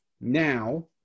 Now